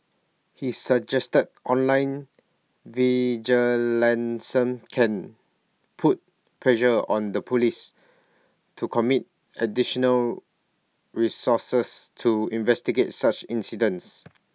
he suggested online can put pressure on the Police to commit additional resources to investigate such incidents